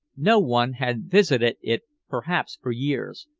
no one had visited it perhaps for years,